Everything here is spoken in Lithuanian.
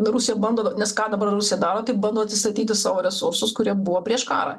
rusija bando nes ką dabar rusija daro tai bando atsistatyti savo resursus kurie buvo prieš karą